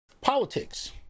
politics